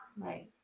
Right